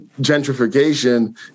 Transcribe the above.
gentrification